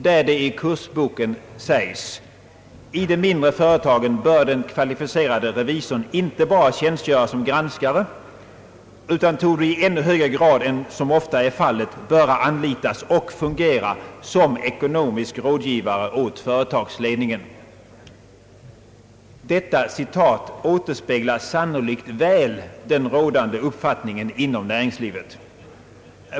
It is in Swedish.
Där sägs det i kursboken: »I de mindre företagen bör den kvalificerade revisorn inte bara tjänstgöra som granskare utan torde i ännu högre grad än som ofta är fallet böra anlitas och fungera som ekonomisk rådgivare åt företagsledningen.» Detta citat återspeglar sannolikt väl den rådande uppfattningen inom näringslivet.